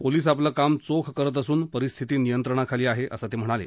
police आपलं काम चोख करत असून परिस्थिती नियंत्रणाखाली आहे असं ते म्हणाले